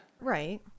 Right